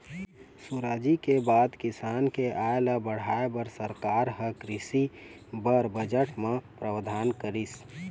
सुराजी के बाद किसान के आय ल बढ़ाय बर सरकार ह कृषि बर बजट म प्रावधान करिस